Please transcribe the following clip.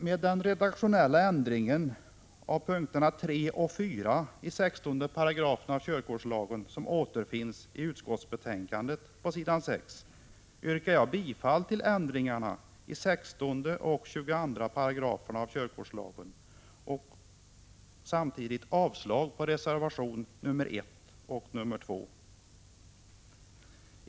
Med den redaktionella ändring av punkterna 3 och 4 i 16 § körkortslagen som återfinns i utskottsbetänkandet på s. 6 yrkar jag bifall till ändringarna i 16 § och 22 § körkortslagen. Samtidigt yrkar jag avslag på reservationerna 1 och 2.